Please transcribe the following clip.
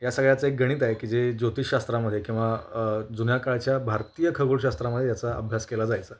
या सगळ्याचं एक गणित आहे की ज्योतिषशास्त्रामध्ये किंवा जुन्या काळच्या भारतीय खगोलशास्त्रामध्ये याचा अभ्यास केला जायचा